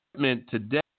today